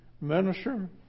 minister